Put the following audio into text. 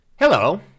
Hello